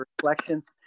reflections